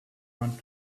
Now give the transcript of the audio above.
want